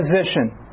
position